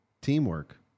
teamwork